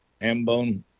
Hambone